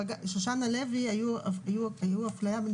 בבג"ץ שושנה לוי הייתה אפליה הייתה אפליה בין